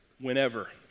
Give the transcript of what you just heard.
Whenever